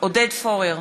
עודד פורר,